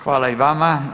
Hvala i vama.